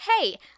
hey